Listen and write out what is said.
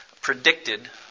predicted